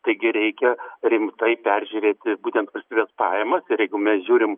taigi reikia rimtai peržiūrėti būtent valstybės pajamas ir jeigu mes žiūrim